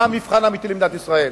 מה המבחן האמיתי למדינת ישראל.